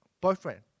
boyfriend